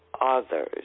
others